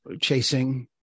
chasing